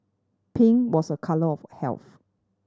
pink was a colour of health